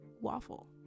waffle